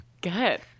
Good